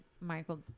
Michael